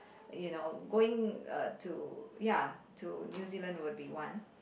you know going uh to ya to New Zealand would be one